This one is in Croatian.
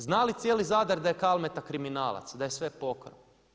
Zna li cijeli Zadar da je Kalmeta kriminalac i da je sve pokrao?